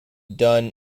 done